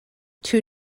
two